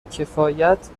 کفایت